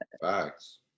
facts